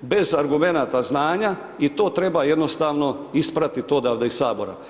bez argumenata znanja i to treba jednostavno ispratiti odavde iz HS.